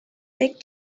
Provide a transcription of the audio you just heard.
lake